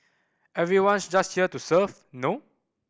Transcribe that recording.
everyone's just here to serve no